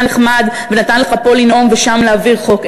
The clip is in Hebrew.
נחמד ונתן לך פה לנאום ושם להעביר חוק,